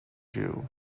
jew